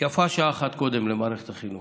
יפה שעה אחת קודם למערכת החינוך.